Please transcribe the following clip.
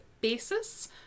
basis